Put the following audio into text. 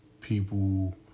people